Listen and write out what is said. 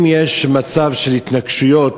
אם יש מצב של התנגשויות,